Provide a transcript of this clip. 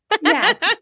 Yes